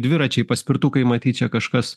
dviračiai paspirtukai matyt čia kažkas